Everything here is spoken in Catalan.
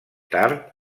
tard